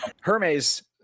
Hermes